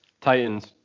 Titans